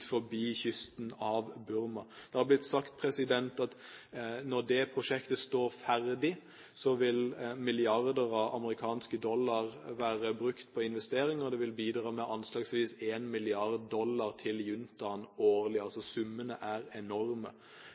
kysten av Burma. Det har blitt sagt at når det prosjektet står ferdig, vil milliarder av amerikanske dollar være brukt på investeringer. Det vil bidra med anslagsvis 1 mrd. dollar til juntaen årlig – summene er enorme.